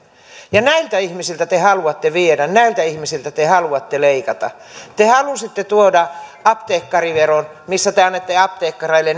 näiltä ihmisiltä te haluatte viedä näiltä ihmisiltä te haluatte leikata te halusitte tuoda apteekkariveron missä te annatte apteekkareille